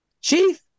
Chief